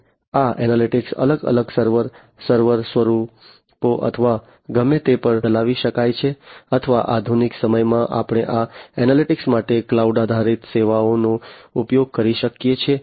અને આ એનાલિટિક્સ અલગ અલગ સર્વર સર્વર સ્વરૂપો અથવા ગમે તે પર ચલાવી શકાય છે અથવા આધુનિક સમયમાં આપણે આ એનાલિટિક્સ માટે ક્લાઉડ આધારિત સેવાઓનો ઉપયોગ કરી શકીએ છીએ